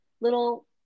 little